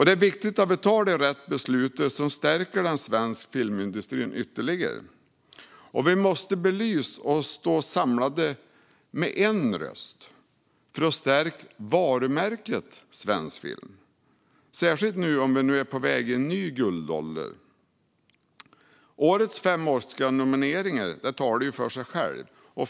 Det är viktigt att vi tar de rätta besluten som stärker den svenska filmindustrin ytterligare. Vi måste belysa detta och stå samlade med en röst för att stärka varumärket svensk film, särskilt om vi nu är på väg in i en ny guldålder. Årets fem Oscarsnomineringar talar för sig själva.